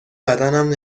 بدنم